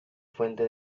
fuente